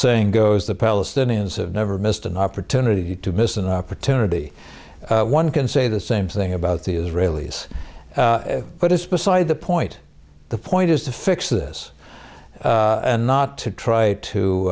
saying goes the palestinians have never missed an opportunity to miss an opportunity one can say the same thing about the israelis but it's beside the point the point is to fix this and not to try to